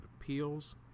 appeals